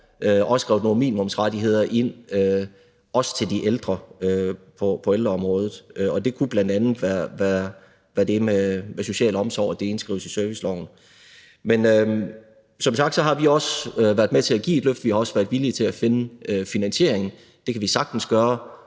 får skrevet nogle minimumsrettigheder ind på ældreområdet, og det kunne bl.a. være det med, at social omsorg indskrives i serviceloven. Men som sagt har vi også været med til at give et løft. Vi har også været villige til at finde finansieringen. Det kan vi sagtens gøre